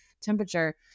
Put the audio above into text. temperature